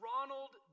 Ronald